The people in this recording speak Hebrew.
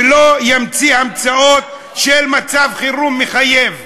ולא ימציא המצאות של מצב חירום מחייב.